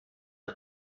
are